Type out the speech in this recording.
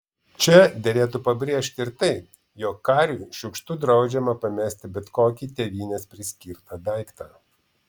čia derėtų pabrėžti ir tai jog kariui šiukštu draudžiama pamesti bet kokį tėvynės priskirtą daiktą